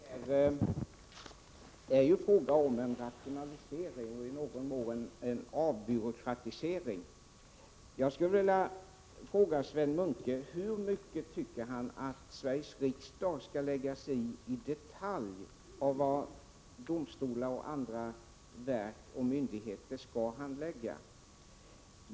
Herr talman! Det är ju fråga om en rationalisering och i någon mån en avbyråkratisering, och jag vill ställa frågan: Hur långt tycker Sven Munke att Sveriges riksdag skall gå i detalj när det gäller att lägga sig i vad domstolar och andra verk och myndigheter handlägger?